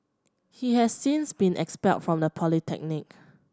he has since been expelled from the polytechnic